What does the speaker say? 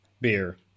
beer